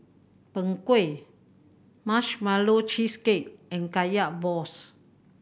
Png Kueh Marshmallow Cheesecake and Kaya balls